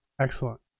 Excellent